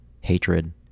Hatred